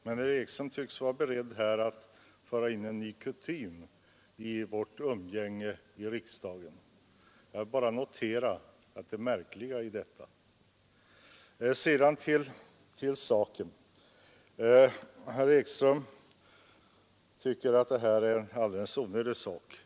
Men herr Ekström tycks vara beredd att föra in en ny kutym i vårt umgänge i riksdagen. Jag bara noterar det märkliga i detta. Sedan till saken. Herr Ekström tycker att detta är någonting alldeles onödigt.